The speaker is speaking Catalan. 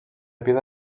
vida